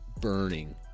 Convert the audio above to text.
burning